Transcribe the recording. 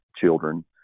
children